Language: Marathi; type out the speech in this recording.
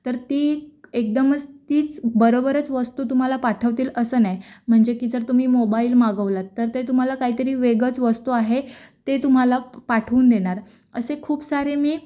तर ती एकदमच तीच बरोबरच वस्तू तुम्हाला पाठवतील असं नाही म्हणजे की जर तुम्ही मोबाईल मागवलात तर ते तुम्हाला काहीतरी वेगळंच वस्तू आहे ते तुम्हाला पाठवून देणार असे खूप सारे मी